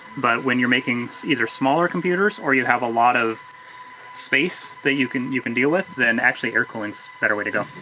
but when you're making either smaller computers or you have a lot of space that you can you can deal with, then actually air cooling's a better way to go.